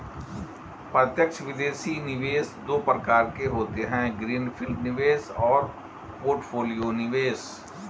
प्रत्यक्ष विदेशी निवेश दो प्रकार के होते है ग्रीन फील्ड निवेश और पोर्टफोलियो निवेश